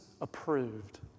approved